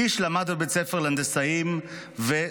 קיש "למד בבית הספר להנדסאים וסיים